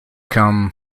come